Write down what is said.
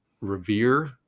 revere